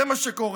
זה מה שקורה.